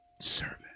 servant